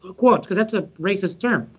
ah quotes. because that's a racist term,